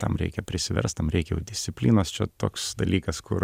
tam reikia prisiverst tam reikia jau disciplinos čia toks dalykas kur